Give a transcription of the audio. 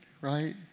right